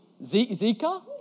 Zika